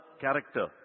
character